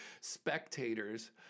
spectators